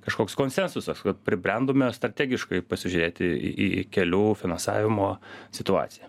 kažkoks konsensusas kad pribrendome strategiškai pasižiūrėti į į kelių finansavimo situaciją